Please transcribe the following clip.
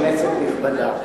כנסת נכבדה,